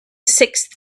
sixth